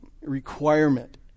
requirement